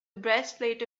breastplate